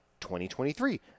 2023